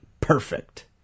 perfect